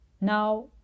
Now